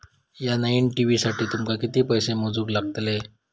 या नईन टी.व्ही साठी तुमका किती पैसे मोजूक लागले?